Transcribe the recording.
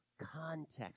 context